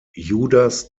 judas